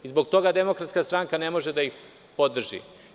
Zbog toga Demokratska stranka ne može da ih podrži.